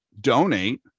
Donate